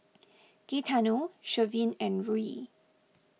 Gaetano Sherwin and Ruie